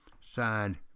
signed